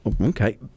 Okay